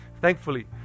Thankfully